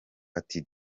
ati